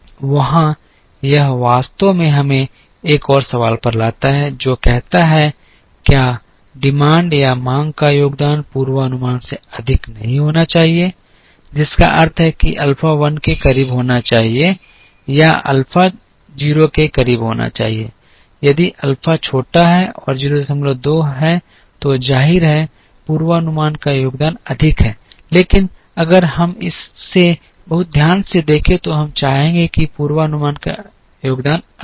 वहाँ यह वास्तव में हमें एक और सवाल पर लाता है जो कहता है क्या मांग का योगदान पूर्वानुमान से अधिक नहीं होना चाहिए जिसका अर्थ है कि अल्फा 1 के करीब होना चाहिए या अल्फा 0 के करीब होना चाहिए यदि अल्फा छोटा है और 02 तो जाहिर है पूर्वानुमान का योगदान अधिक है लेकिन अगर हम इसे बहुत ध्यान से देखें तो हम चाहेंगे कि पूर्वानुमान का योगदान अधिक हो